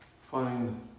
find